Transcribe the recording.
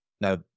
Now